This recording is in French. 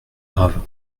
grave